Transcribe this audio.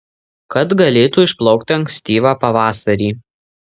kad galėtų išplaukti ankstyvą pavasarį